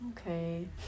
Okay